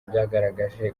byagaragaje